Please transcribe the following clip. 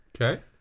Okay